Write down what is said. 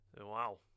Wow